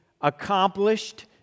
accomplished